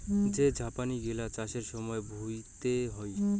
যে ঝাপনি গিলা চাষের সময়ত ভুঁইতে হই